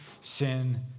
sin